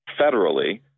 federally